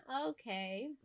Okay